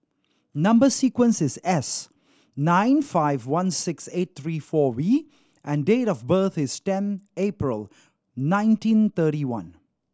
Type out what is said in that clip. number sequence is S nine five one six eight three four V and date of birth is ten April nineteen thirty one